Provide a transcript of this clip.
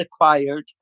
acquired